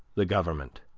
the government,